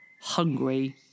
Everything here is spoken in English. hungry